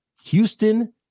Houston